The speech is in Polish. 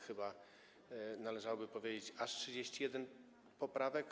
Chyba należałoby powiedzieć: aż 31 poprawek.